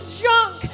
junk